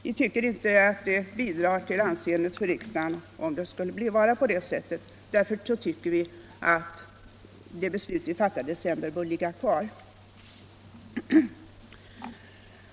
Vi tycker inte att det skulle bidra till riksdagens anseende, och därför föreslår vi att det beslut som fattades i december skall ligga kvar.